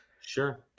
sure